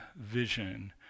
vision